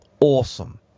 awesome